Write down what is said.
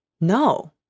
No